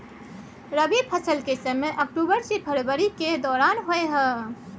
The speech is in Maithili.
रबी फसल के समय अक्टूबर से फरवरी के दौरान होय हय